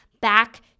back